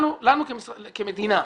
לנו כמדינה,